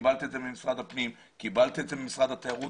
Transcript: קיבלת את זה ממשרד הפנים וקיבלת את זה ממשרד התיירות.